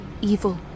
evil